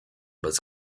bez